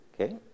okay